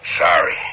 Sorry